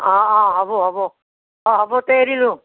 অ অ হ'ব হ'ব অ হ'ব তে এৰিলোঁ